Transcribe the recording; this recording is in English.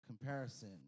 comparison